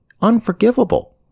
unforgivable